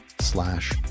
slash